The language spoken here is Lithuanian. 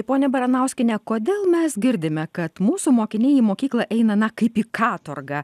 pone baranauskiene kodėl mes girdime kad mūsų mokiniai į mokyklą eina na kaip į katorgą